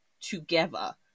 together